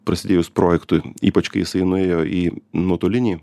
prasidėjus projektui ypač kai jisai nuėjo į nuotolinį